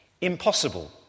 impossible